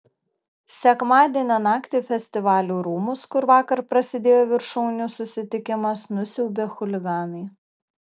sekmadienio naktį festivalių rūmus kur vakar prasidėjo viršūnių susitikimas nusiaubė chuliganai